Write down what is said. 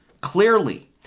clearly